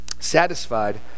Satisfied